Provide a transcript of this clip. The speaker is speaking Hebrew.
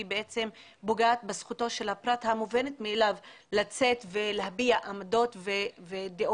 היא בעצם פוגעת בזכותו של הפרט המובנת מאליה לצאת ולהביע עמדות ודעות.